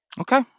Okay